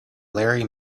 larry